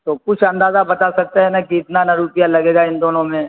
تو کچھ اندازہ بتا سکتے ہیں نا کی اتنا نا روپیہ لگے گا ان دونوں میں